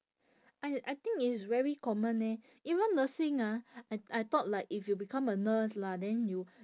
I I think it's very common eh even nursing ah I I thought like if you become a nurse lah then you